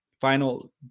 Final